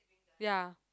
ya